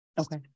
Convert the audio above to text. okay